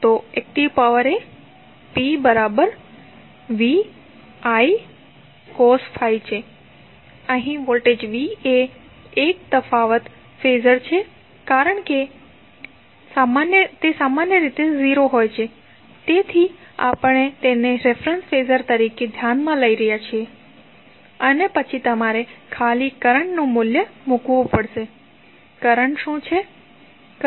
તો active power એ P VI cos φ છે અહીં વોલ્ટેજ V એ એક તફાવત ફેઝર છે કારણ કે તે સામાન્ય રીતે 0 હોય છે તેથી આપણે તેને રેફરંસ ફેઝર તરીકે ધ્યાનમાં લઈ રહ્યા છીએ અને પછી તમારે ખાલી કરંટ નું મૂલ્ય મૂકવું પડશે કરંટ શું હશે